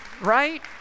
right